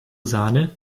sahne